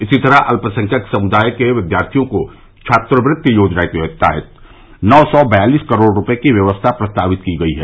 इसी तरह अल्पसंख्यक समुदाय के विद्यार्थियों को छात्रकृत्ति योजना के तहत नौ सौ बयालीस करोड़ रूपये की व्यवस्था प्रस्तावित की गई है